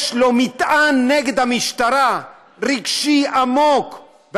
יש לו מטען רגשי עמוק נגד המשטרה,